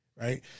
right